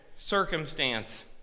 circumstance